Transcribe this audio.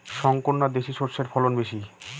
শংকর না দেশি সরষের ফলন বেশী?